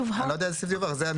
זה?